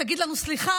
תגיד לנו סליחה.